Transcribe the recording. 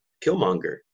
Killmonger